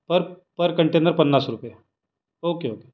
पर पर कंटेनर पन्नास रुपये ओके ओके